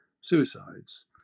suicides